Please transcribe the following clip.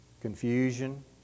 Confusion